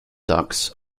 ducks